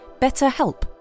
BetterHelp